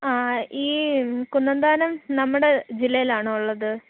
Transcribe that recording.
ആ ഈ കുന്നന്താനം നമ്മുടെ ജില്ലയിലാണോ ഉള്ളത്